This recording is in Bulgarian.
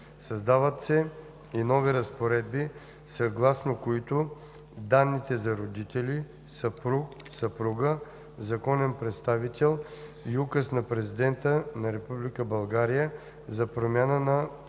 Създават се и нови разпоредби, съгласно които данните за родители, съпруг/съпруга, законен представител и указ на Президента на Република България за промяна на